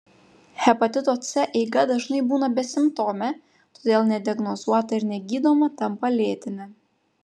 hepatito c eiga dažnai būna besimptomė todėl nediagnozuota ir negydoma tampa lėtine